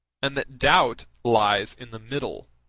and that doubt lies in the middle